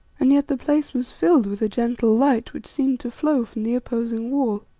and yet the place was filled with a gentle light which seemed to flow from the opposing wall.